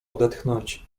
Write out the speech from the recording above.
odetchnąć